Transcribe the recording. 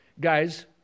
guys